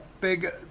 big